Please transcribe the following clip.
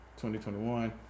2021